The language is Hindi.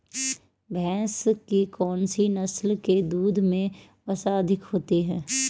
भैंस की कौनसी नस्ल के दूध में वसा अधिक होती है?